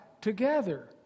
together